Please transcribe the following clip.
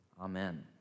Amen